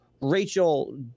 Rachel